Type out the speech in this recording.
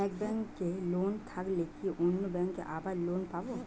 এক ব্যাঙ্কে লোন থাকলে কি অন্য ব্যাঙ্কে আবার লোন পাব?